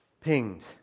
pinged